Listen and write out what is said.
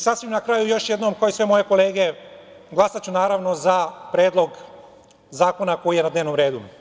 Sasvim na kraju, još jednom, kao i sve moje kolege, glasaću naravno za predlog zakona koji je na dnevnom redu.